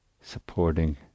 supporting